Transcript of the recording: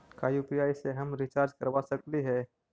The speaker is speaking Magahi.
का यु.पी.आई से हम रिचार्ज करवा सकली हे?